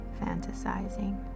fantasizing